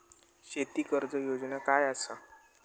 शेती कर्ज योजना काय असा?